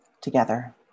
together